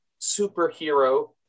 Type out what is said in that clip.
superhero